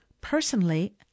Personally